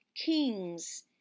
kings